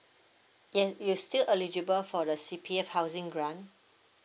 yes you're still eligible for the C_P_F housing grant